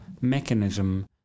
mechanism